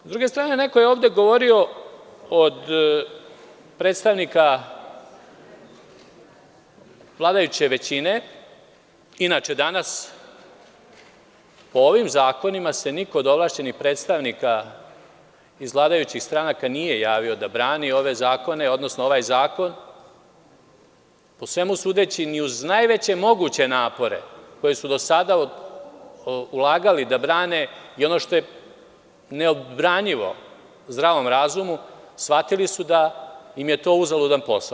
S druge strane, neko je ovde govorio od predstavnika vladajuće većine, inače danas po ovim zakonima se niko od ovlašćenih predstavnika iz vladajućih stranaka nije javio da brani, ove zakone, odnosno ovaj zakon, po svemu sudeći ni uz najveće moguće napore koji su do sada ulagali da brane i ono što je neodbranjivo zdravom razumu, shvatili su da im je to uzaludan posao.